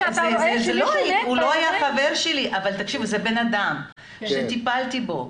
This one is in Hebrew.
הוא לא היה חבר שלי אבל זה בן אדם שטיפלתי בו,